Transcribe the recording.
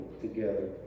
together